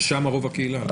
ששם רוב הקהילה.